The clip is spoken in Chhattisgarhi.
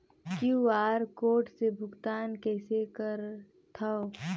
क्यू.आर कोड से भुगतान कइसे करथव?